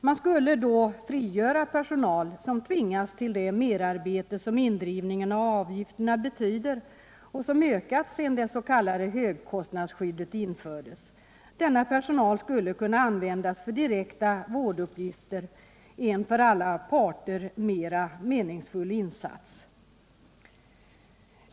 Man skulle därmed kunna frigöra personal som tvingas till det merarbete som indrivningen av avgifterna betyder och som ökat sedan det s.k. högkostnadsskyddet infördes. Denna personal skulle kunna användas för direkta vårduppgifter, en för alla parter mera meningsfull insats.